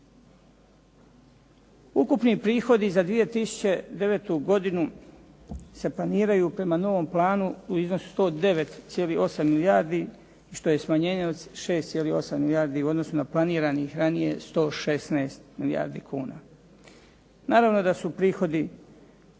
Ukupni prihodi za 2009. godinu se planiraju prema novom planu u iznosu 109,8 milijardi, što je smanjenje od 6,8 milijardi u odnosu na planiranih ranije 116 milijardi kuna. Naravno da su prihodi